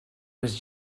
was